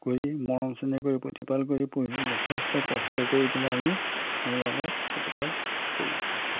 কৰি মৰম চেনেহ কৰি প্ৰতিপাল কৰি পুহি যথেষ্ট কষ্ট কৰি পেলাই আমি সেইবিলাকক প্ৰতিপাল কৰি আছোঁ